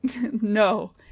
no